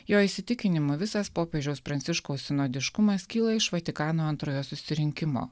jo įsitikinimu visas popiežiaus pranciškaus sinodiškumas kyla iš vatikano antrojo susirinkimo